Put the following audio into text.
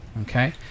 Okay